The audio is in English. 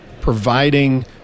providing